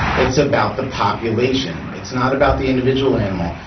it's about the population. it's not about the individual animal.